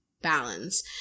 balance